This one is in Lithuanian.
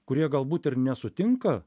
kurie galbūt ir nesutinka